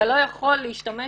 אתה לא יכול להשתמש